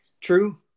True